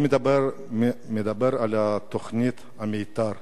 הוא מדבר על תוכנית המיתאר,